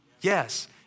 Yes